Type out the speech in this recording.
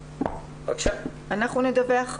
אנחנו נדווח בישיבות.